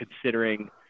considering